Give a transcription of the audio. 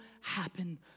happen